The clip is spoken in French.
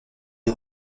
les